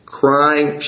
crying